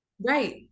Right